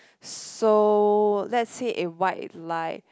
so let's say a white lie